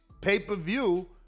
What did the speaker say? pay-per-view